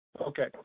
okay